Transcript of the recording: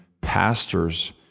pastors